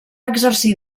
exercir